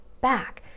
back